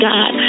God